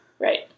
right